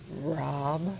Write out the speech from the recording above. Rob